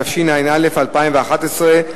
התשע"א 2011,